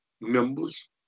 members